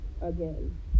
again